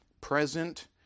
present